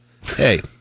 Hey